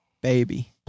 baby